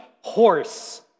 horse